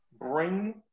bring